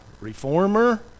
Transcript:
Reformer